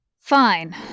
Fine